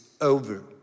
over